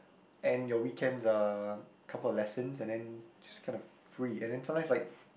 and your weekends are couple of lessons and then just kind of free and then sometimes like